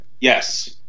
yes